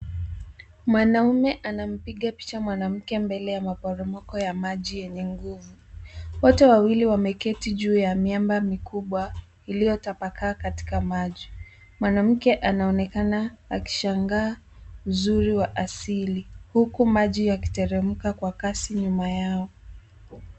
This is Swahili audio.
Mwanaume anampiga picha mwanamke mbele ya maporomoko ya maji yenye nguvu waote wawili wameketi juu ya maimba mikubwa iliyotapakaa katika maji mwanamke anaonekana akishangaa mzuri wa asili huku maji yakiteremka kwa kasi nyuma yao.